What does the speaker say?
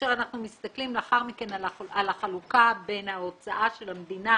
כאשר אנחנו מסתכלים לאחר מכן על החלוקה בין ההוצאה של המדינה